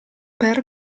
per